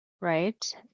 right